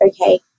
okay